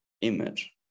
image